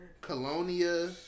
Colonia